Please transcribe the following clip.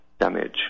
damage